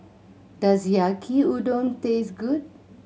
does Yaki Udon taste good